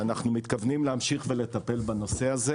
ואנחנו מתכוונים להמשיך ולטפל בנושא הזה